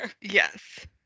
Yes